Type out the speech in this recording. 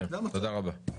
תודה רבה.